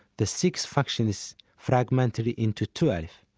the six factions fragmented into twelve.